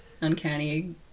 Uncanny